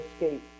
escape